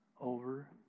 over